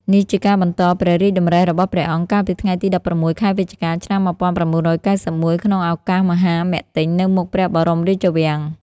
នេះជាការបន្តព្រះរាជតម្រិះរបស់ព្រះអង្គ កាលពីថ្ងៃទី១៦ ខែវិច្ឆិកា ឆ្នាំ១៩៩១ ក្នុងឱកាសមហាមិទ្ទិញនៅមុខព្រះបរមរាជវាំង។